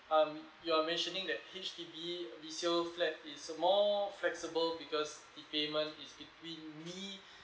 um you're mentioning that H_D_B resale flat is a more flexible because the payment is within me